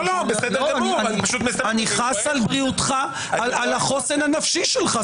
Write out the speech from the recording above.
אני חס על בריאותך, על החוסן הנפשי שלך.